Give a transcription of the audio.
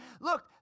Look